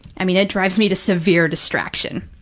i mean, it drives me to severe distraction.